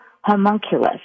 homunculus